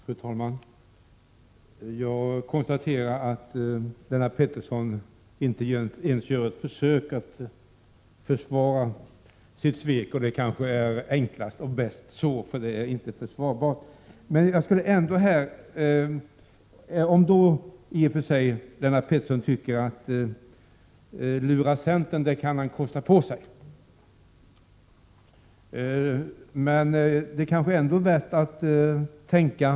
Fru talman! Jag konstaterar att Lennart Pettersson inte ens försöker försvara sitt svek. Men det är kanske enklast och bäst så, eftersom hans svek inte är försvarbart. Även om Lennart Pettersson tycker att man kan kosta på sig att lura centern, kan det vara värt att tänka en bit längre. Men för det första kan det — Prot.